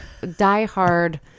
diehard